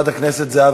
תודה רבה